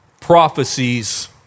prophecies